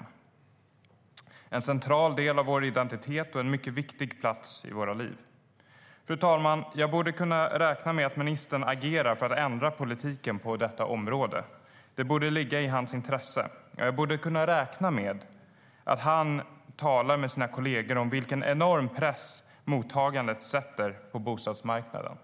Bostaden är en central del av vår identitet och en mycket viktig plats i våra liv. Fru talman! Jag borde kunna räkna med att ministern agerar för att ändra politiken på detta område. Det borde ligga i hans intresse. Jag borde kunna räkna med att han talar med sina kollegor om vilken enorm press mottagandet sätter på bostadsmarknaden